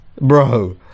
bro